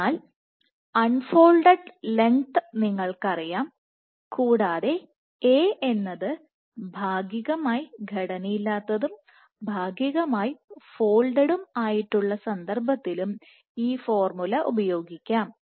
അതിനാൽ un folded length നിങ്ങൾക്കറിയാം കൂടാതെ A എന്നത്ഭാഗികമായി ഘടനയില്ലാത്തതും ഭാഗികമായി ഫോൾഡഡും ആയിട്ടുള്ള സന്ദർഭത്തിലും ഈ ഫോർമുല ഉപയോഗിക്കാം